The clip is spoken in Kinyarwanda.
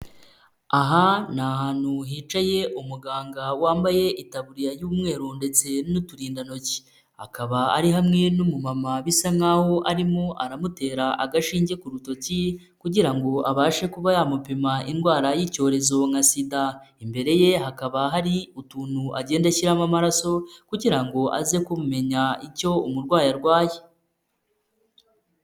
Aha ni ahantu hicaye umuganga wambaye itaburiya y'umweru ndetse n'uturindantoki akaba ari hamwe n'umumama bisa nkaho arimo aramutera agashinge ku rutoki kugira abashe kuba yamupima indwara y'icyorezo nka sida, imbere ye hakaba hari utuntu agenda ashyiramo amaraso kugira ngo aze kumenya icyo umurwayi arwaye.